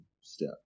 step